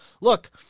look